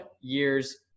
years